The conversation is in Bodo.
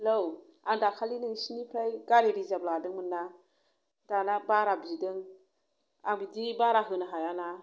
हेल' आं दाखालि नोंसिनिफ्राय गारि रिजार्भ लादोंमोन ना दाना बारा बिदों आं बिदि बारा होनो हाया ना